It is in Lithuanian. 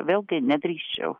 vėlgi nedrįsčiau